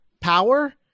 power